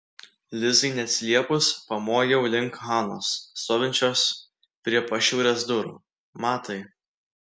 lizai neatsiliepus pamojau link hanos stovinčios prie pašiūrės durų matai